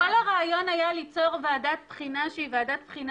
אז כל הרעיון היה ליצור ועדת בחינה שהיא ועדת בחינה